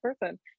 person